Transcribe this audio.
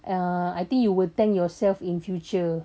uh I think you will thank yourself in future